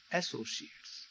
associates